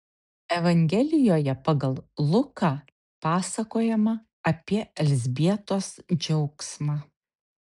evangelijoje pagal luką pasakojama apie elzbietos džiaugsmą